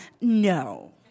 No